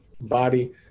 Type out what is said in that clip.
body